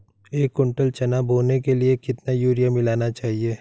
एक कुंटल चना बोने के लिए कितना यूरिया मिलाना चाहिये?